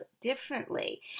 differently